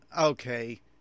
okay